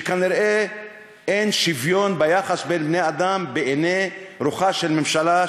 שכנראה אין שוויון ביחס בין בני-אדם בעיני רוחה של ממשלה,